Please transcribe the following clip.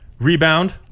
Rebound